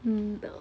mm